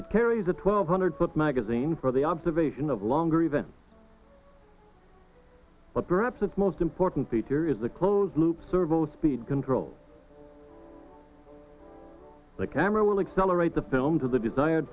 it carries a twelve hundred foot magazine for the observation of longer event but perhaps the most important feature is the close loop servo speed control the camera will accelerate the film to the desired